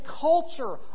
culture